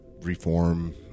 reform